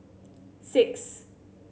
six